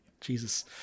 jesus